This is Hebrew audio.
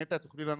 נטע, תוכלי לענות?